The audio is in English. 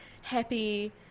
happy